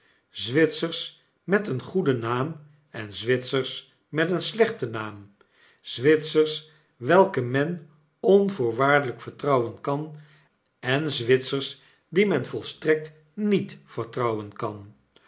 zwitsers met een goeden naam en zwitsers met een slechten naam zwitsers welke men onvoorwaardelgk vertrouwen kan en zwitsers die men volstrekt niet vertrouwen kan